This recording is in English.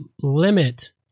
limit